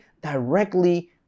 directly